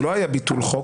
שלא היה ביטול חוק,